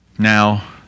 Now